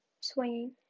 Swinging